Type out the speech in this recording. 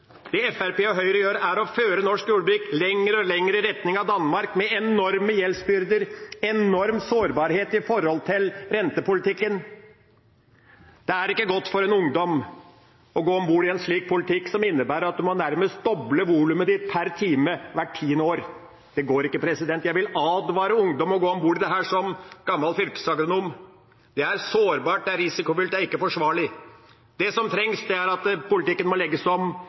Det Fremskrittspartiet og Høyre gjør, er å føre norsk jordbruk lenger og lenger i samme retning som Danmark, med enorme gjeldsbyrder, med enorm sårbarhet for rentepolitikken. Det er ikke godt for en ungdom å gå om bord i en politikk som innebærer at man nærmest dobler volumet per time hvert tiende år. Det går ikke. Jeg vil, som gammel fylkesagronom, advare ungdom mot å gå om bord i dette. Det er sårbart, det er risikofylt, det er ikke forsvarlig. Det som trengs, er at politikken legges om.